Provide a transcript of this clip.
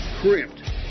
Crypt